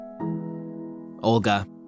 Olga